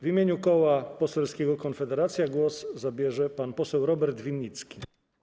W imieniu Koła Poselskiego Konfederacja głos zabierze pan poseł Robert Winnicki.